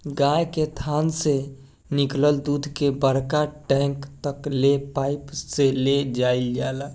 गाय के थान से निकलल दूध के बड़का टैंक तक ले पाइप से ले जाईल जाला